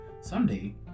someday